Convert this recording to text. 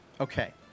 Okay